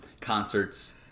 concerts